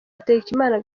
hategeka